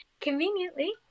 conveniently